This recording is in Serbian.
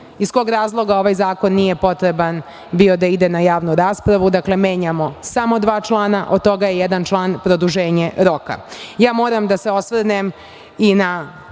iz kog razloga ovaj zakon nije potreban bio da ide na javnu raspravu, dakle, menjamo samo dva člana od toga je jedan član produženje roka. Ja moram da se osvrnem i na